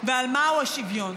ועל מהו השוויון,